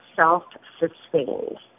self-sustained